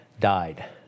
died